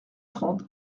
trente